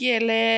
गेले